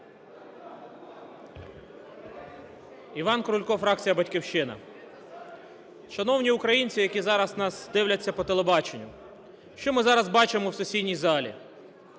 Іван Крулько, фракція "Батьківщина". Шановні українці, які зараз нас дивляться по телебаченню, що ми зараз бачимо в сесійній зал?